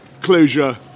closure